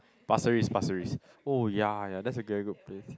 Pasir-Ris Pasir-Ris oh ya ya that's a very good place